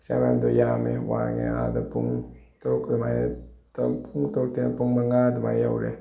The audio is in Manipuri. ꯏꯁꯇꯤꯌꯥꯔ ꯃꯌꯥꯝꯗꯣ ꯌꯥꯝꯃꯦ ꯋꯥꯡꯉꯦ ꯑꯥꯗ ꯄꯨꯡ ꯇꯔꯨꯛ ꯑꯗꯨꯃꯥꯥꯏꯅ ꯇꯔꯨꯛ ꯄꯨꯡ ꯇꯔꯨꯛꯇꯩꯅ ꯄꯨꯡ ꯃꯉꯥ ꯑꯗꯨꯃꯥꯏꯅ ꯌꯧꯔꯦ